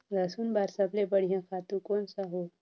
लसुन बार सबले बढ़िया खातु कोन सा हो?